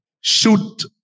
shoot